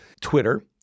Twitter